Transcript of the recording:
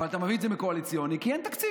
אבל אתה מביא את זה מקואליציוני, כי אין תקציב.